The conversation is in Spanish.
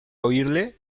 oírle